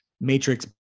matrix